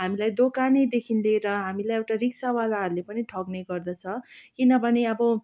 हामीलाई दोकानेदेखि लिएर हामीलाई एउटा रिक्सावालाहरूले पनि ठग्ने गर्दछ किनभने अब